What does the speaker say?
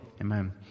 Amen